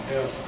Yes